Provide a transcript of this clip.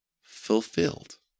fulfilled